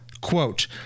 Quote